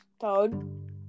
Toad